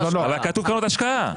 אבל כתוב קרנות השקעה.